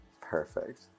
Perfect